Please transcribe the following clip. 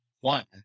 One